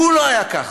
הוא לא היה ככה.